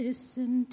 Listen